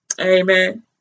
amen